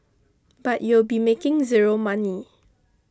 but you'll be making zero money